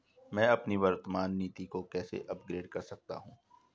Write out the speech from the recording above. मैं अपनी वर्तमान नीति को कैसे अपग्रेड कर सकता हूँ?